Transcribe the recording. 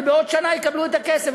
ובעוד שנה יקבלו את הכסף,